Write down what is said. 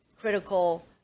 critical